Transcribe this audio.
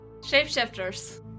Shapeshifters